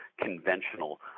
conventional